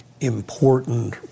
important